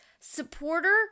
supporter